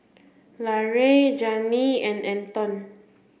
Larae Jamil and Anton